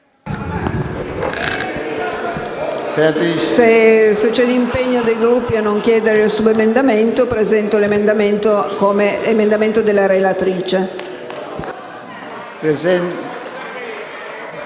Se c'è l'impegno dei Gruppi a non subemendare, presento l'emendamento come emendamento della relatrice.